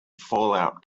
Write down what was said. fallout